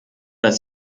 dass